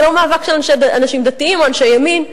זה לא מאבק של אנשים דתיים או אנשי ימין.